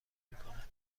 میکند